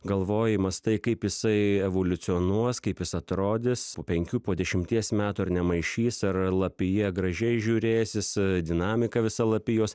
galvoji mąstai kaip jisai evoliucionuos kaip jis atrodys po penkių po dešimties metų ar nemaišys ar lapija gražiai žiūrėsis dinamika visa lapijos